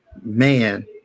Man